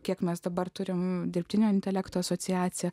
kiek mes dabar turime dirbtinio intelekto asociacija